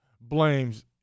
blames